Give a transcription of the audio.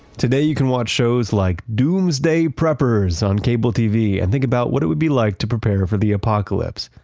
today you can watch shows like doomsday preppers on cable tv and think about what it would be like to prepare for the apocalypse.